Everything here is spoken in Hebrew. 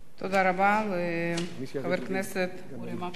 תודה רבה לחבר הכנסת אורי מקלב.